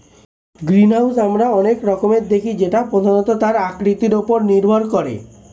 greenhouse আমরা অনেক রকমের দেখি যেটা প্রধানত তার আকৃতির ওপর নির্ভর করে